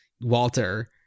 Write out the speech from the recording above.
Walter